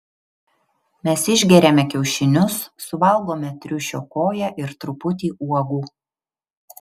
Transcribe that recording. mes išgeriame kiaušinius suvalgome triušio koją ir truputį uogų